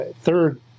Third